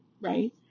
right